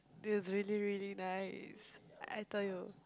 it was really really nice I thought it was